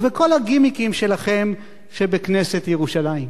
ובכל הגימיקים שלכם שבכנסת ירושלים?